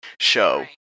show